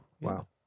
wow